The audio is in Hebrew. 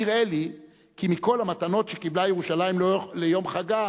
נראה לי כי מכל המתנות שקיבלה ירושלים ליום חגה,